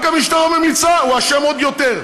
רק המשטרה ממליצה, הוא אשם עוד יותר.